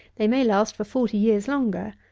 they may last for forty years longer.